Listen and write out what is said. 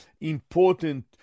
important